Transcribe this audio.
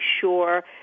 sure